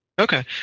Okay